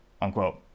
unquote